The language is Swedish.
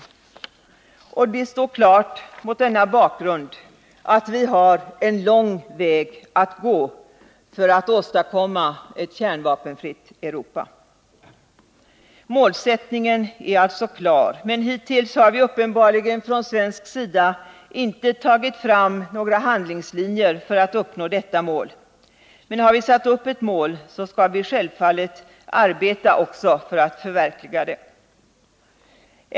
Mot denna bakgrund står det klart att vi har en lång väg att gå för att åstadkomma ett kärnvapenfritt Europa. Målsättningen är klar, men hittills har vi från svensk sida uppenbarligen inte tagit fram några handlingslinjer för att uppnå detta mål. Har vi satt upp ett mål, skall vi dock självfallet också arbeta för att förverkliga det.